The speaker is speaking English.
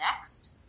next